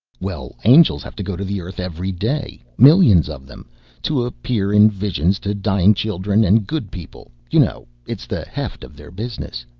well, angels have to go to the earth every day millions of them to appear in visions to dying children and good people, you know it's the heft of their business.